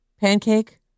pancake